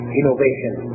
innovation